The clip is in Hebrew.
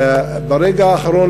ברגע האחרון,